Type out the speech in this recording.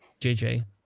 JJ